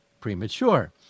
premature